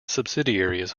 subsidiaries